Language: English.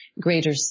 greater